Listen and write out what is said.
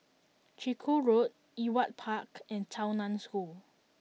Chiku Road Ewart Park and Tao Nan School